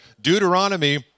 Deuteronomy